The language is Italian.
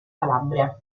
calabria